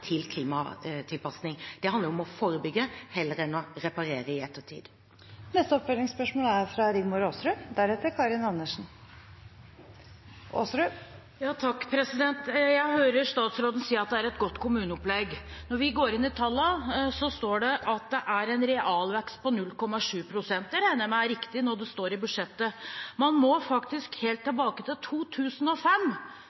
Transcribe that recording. til klimatilpassing. Det handler om å forebygge heller enn å reparere i ettertid. Rigmor Aasrud – til oppfølgingsspørsmål. Jeg hører statsråden si at det er et godt kommuneopplegg. Når vi går inn i tallene, står det at det er en realvekst på 0,7 pst. Det regner jeg med er riktig når det står i budsjettet. Man må faktisk helt tilbake til